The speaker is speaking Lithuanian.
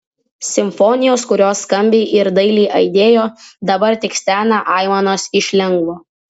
simfonijos kurios skambiai ir dailiai aidėjo dabar tik stena aimanos iš lengvo